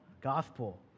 gospel